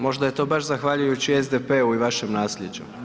Možda je to baš zahvaljujući SDP-u i vašem nasljeđu.